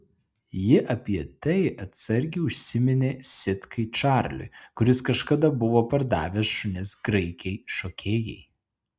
ji apie tai atsargiai užsiminė sitkai čarliui kuris kažkada buvo pardavęs šunis graikei šokėjai